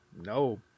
No